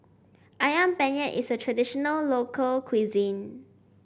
ayam penyet is a traditional local cuisine